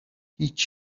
هیچ